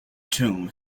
tomb